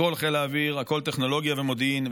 הכול חיל האוויר, הכול טכנולוגיה ומודיעין.